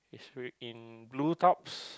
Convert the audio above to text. in blue tops